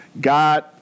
God